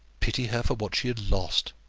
pity her for what she had lost!